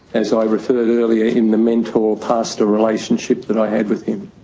as i referred earlier in the mentor-pastor relationship that i had with him.